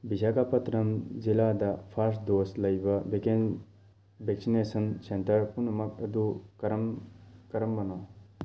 ꯕꯤꯁꯥꯈꯥꯄꯇꯅꯝ ꯖꯤꯂꯥꯗ first dose ꯂꯩꯕ vaccination centre ꯄꯨꯝꯅꯃꯛ ꯑꯗꯨ ꯀꯔꯝ ꯀꯔꯝꯕꯅꯣ